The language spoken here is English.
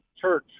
church